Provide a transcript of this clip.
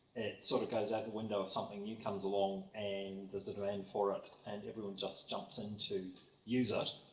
it sort of goes out the window if something new comes along, and there's a demand for it, and everyone just jumps in to use it.